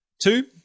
Two